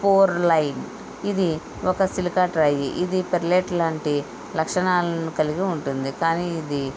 perlite ఇది ఒక silicate రాయి ఇది పెర్లైట్ లాంటి లక్షణాలను కలిగి ఉంటుంది కానీ ఇది